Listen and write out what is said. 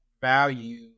value